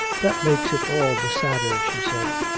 that makes it all the sadder, she said.